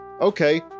okay